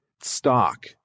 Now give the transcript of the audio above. stock